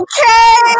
Okay